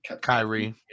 Kyrie